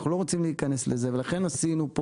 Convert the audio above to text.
אנחנו לא רוצים להיכנס לזה ולכן עשינו פה